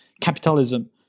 capitalism